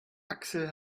axel